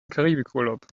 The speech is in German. karibikurlaub